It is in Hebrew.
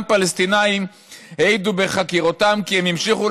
גם פלסטינים העידו בחקירותיהם כי הם המשיכו